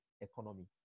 economy